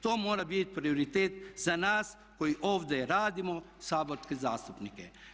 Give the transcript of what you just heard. To mora bit prioritet za nas koji ovdje radimo saborske zastupnike.